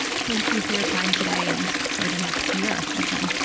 thank you for your time today and for the next year, even.